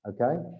okay